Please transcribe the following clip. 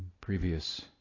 previous